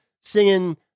singing